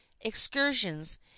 excursions